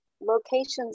locations